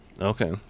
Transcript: Okay